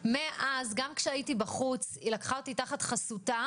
מאז גם כשהייתי בחוץ היא לקחה אותי תחת חסותה